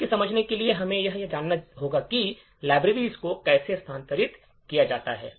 इसे समझने के लिए हमें यह जानना होगा कि लाइब्रेरी को कैसे स्थानांतरित किया जाता है